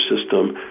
system